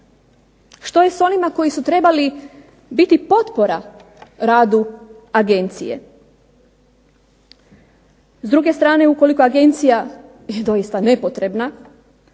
Što je s onima koji su trebali biti potpora radu agencije? S druge strane ukoliko agencija je doista nepotrebna,